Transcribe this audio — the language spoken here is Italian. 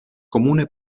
comune